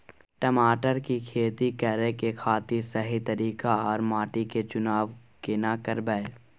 टमाटर की खेती करै के खातिर सही तरीका आर माटी के चुनाव केना करबै?